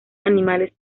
animales